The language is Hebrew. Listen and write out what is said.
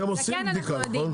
זקן אנחנו יודעים,